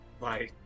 Bye